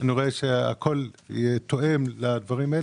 אני רואה שהכול תואם לדברים האלה.